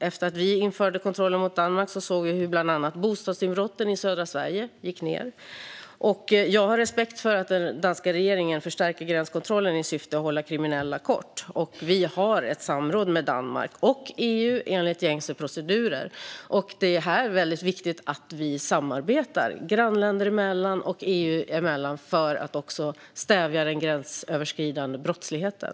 Efter att vi införde kontroller mot Danmark såg vi hur bland annat antalet bostadsinbrott i södra Sverige minskade. Jag har respekt för att den danska regeringen förstärker gränskontrollen i syfte att hålla kriminella kort. Vi har samråd med Danmark och EU enligt gängse procedurer. Det är väldigt viktigt att vi samarbetar grannländer emellan och inom EU för att stävja den gränsöverskridande brottsligheten.